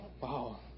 Wow